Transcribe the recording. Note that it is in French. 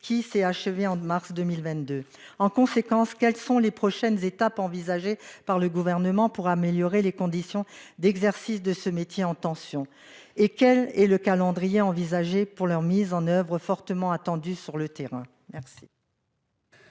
qui s'est achevée en mars 2022. Quelles sont les prochaines étapes envisagées par le Gouvernement pour améliorer les conditions d'exercice de ce métier en tension ? Quel est le calendrier envisagé pour leur mise en oeuvre, fortement attendue sur le terrain ?